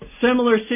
similar